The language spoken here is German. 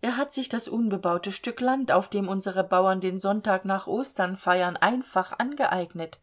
er hat sich das unbebaute stück land auf dem unsere bauern den sonntag nach ostern feiern einfach angeeignet